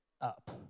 up